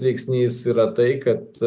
veiksnys yra tai kad